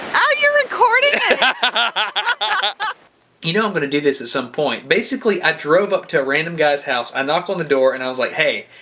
oh you're recording it ah you know i'm gonna do this at some point. basically i drove up to a random guy's house, i knock on the door and i was like hey,